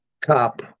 cop